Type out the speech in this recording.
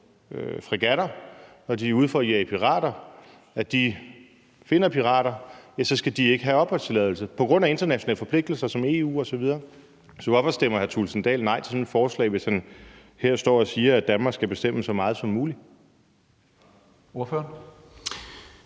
fregatter, når de er ude for at jage pirater, finder dem, så ikke skal havde opholdstilladelse på grund af internationale forpligtelser fra EU osv. Så hvorfor stemmer hr. Jens Henrik Thulesen Dahl nej til sådan et forslag, når han her står og siger, at Danmark skal bestemme så meget som muligt? Kl.